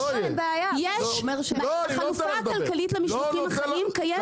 יש חלופה כלכלית למשלוחים החיים קיימת.